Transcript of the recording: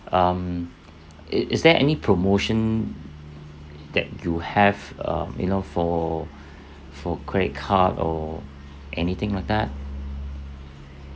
um is is there any promotion that you have uh you know for for credit card or anything like that